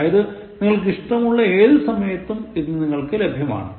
അതായത് നിങ്ങൾക്ക് ഇഷ്ടമുള്ള ഏതു സമയത്തും ഇത് നിങ്ങൾക്കു ലഭ്യമാണ്